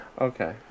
Okay